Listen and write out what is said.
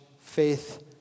faith